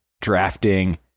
drafting